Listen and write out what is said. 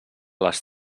les